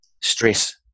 stress